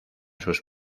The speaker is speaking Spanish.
sus